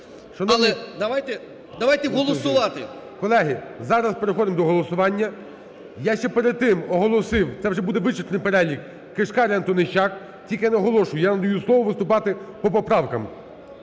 давайте голосувати. ГОЛОВУЮЧИЙ. Колеги, зараз переходимо до голосування. Я ще перед тим оголосив, це вже буде вичерпний перелік: Кишкар, Антонищак. Тільки я наголошую, я вам даю слово виступати по поправкам.